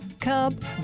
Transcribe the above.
cub